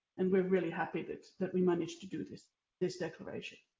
and we are really happy that that we managed to do this this declaration.